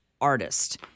artist